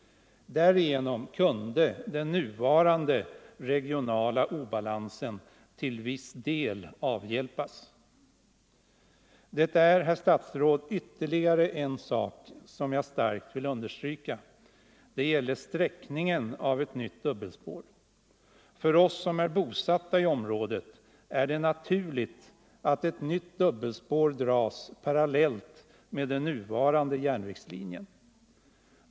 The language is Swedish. Därigenom kan den nuvarande regionala obalansen till viss del avhjälpas. Det är, herr statsråd, ytterligare en sak som jag starkt vill understryka. Det gäller sträckningen av ett nytt dubbelspår. För oss som är bosatta i området är det naturligt att ett nytt dubbelspår dras parallellt med den nuvarande järnvägslinjen.